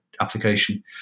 application